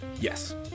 Yes